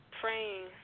praying